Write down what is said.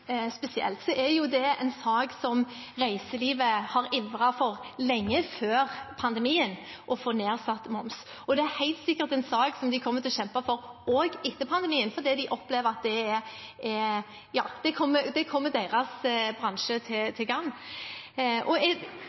spesielt, er nedsatt moms en sak reiselivet har ivret for lenge før pandemien. Det er helt sikkert en sak de kommer til å kjempe for også etter pandemien, fordi de opplever at det kommer deres bransje til gagn. Det er selvfølgelig deres